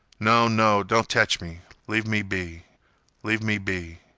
no no don't tech me leave me be leave me be